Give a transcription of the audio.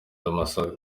amasaka